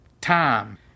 time